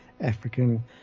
African